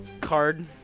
card